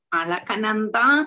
alakananda